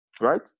right